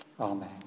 Amen